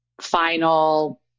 final